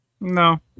No